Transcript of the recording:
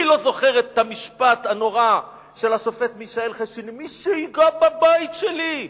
מי לא זוכר את המשפט הנורא של השופט מישאל חשין: מי שייגע בבית שלי,